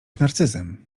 narcyzem